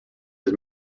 his